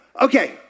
Okay